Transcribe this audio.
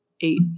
eight